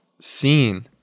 seen